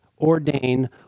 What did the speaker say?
ordain